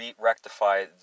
rectify